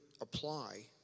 apply